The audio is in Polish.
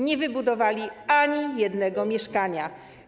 Nie wybudowali ani jednego mieszkania.